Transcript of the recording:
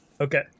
Okay